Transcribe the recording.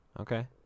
Okay